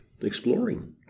exploring